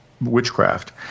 witchcraft